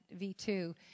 V2